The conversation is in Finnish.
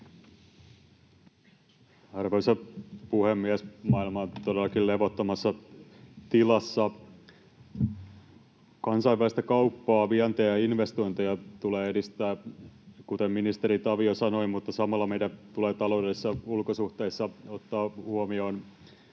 Arvoisa puhemies! Maailma on todellakin levottomassa tilassa. Kansainvälistä kauppaa, vientiä ja investointeja tulee edistää, kuten ministeri Tavio sanoi, mutta samalla meidän tulee taloudellisissa ulkosuhteissa ottaa huomioon